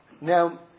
Now